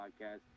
podcast